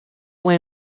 way